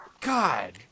God